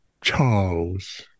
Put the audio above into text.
Charles